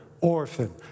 orphan